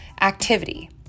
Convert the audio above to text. activity